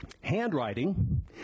handwriting